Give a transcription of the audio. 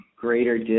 greater